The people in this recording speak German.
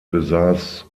besaß